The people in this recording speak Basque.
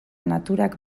naturak